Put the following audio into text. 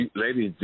ladies